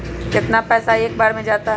कितना पैसा एक बार में जाता है?